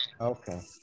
okay